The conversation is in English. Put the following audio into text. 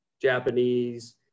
Japanese